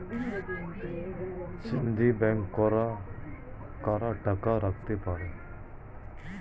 সঞ্চয় ব্যাংকে কারা টাকা রাখতে পারে?